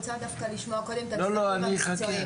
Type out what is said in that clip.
אני רוצה דווקא לשמוע קודם את הצדדים המקצועיים.